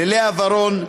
ללאה ורון,